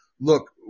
Look